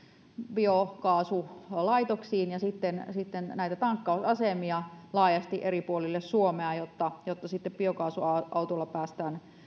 biokaasulaitoksiin ja sitten sitten näitä tankkausasemia laajasti eri puolille suomea jotta jotta sitten biokaasuautolla päästään